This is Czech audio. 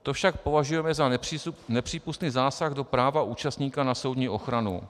To však považujeme za nepřípustný zásah do práva účastníka na soudní ochranu.